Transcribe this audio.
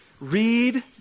Read